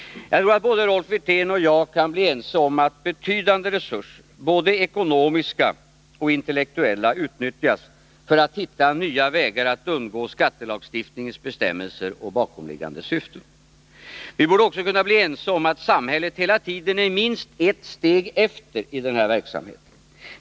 Jag tror att Rolf Wirtén och jag kan bli ense om att betydande resurser, både ekonomiska och intellektuella, utnyttjas för att hitta nya vägar att undgå skattelagstiftningens bestämmelser och bakomliggande syften. Vi borde också kunna bli ense om att samhället hela tiden är minst ett steg efter i den här verksamheten.